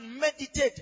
meditate